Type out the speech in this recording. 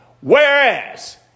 Whereas